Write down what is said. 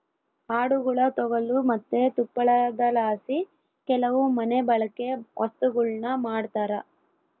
ಆಡುಗುಳ ತೊಗಲು ಮತ್ತೆ ತುಪ್ಪಳದಲಾಸಿ ಕೆಲವು ಮನೆಬಳ್ಕೆ ವಸ್ತುಗುಳ್ನ ಮಾಡ್ತರ